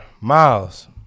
Miles